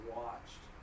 watched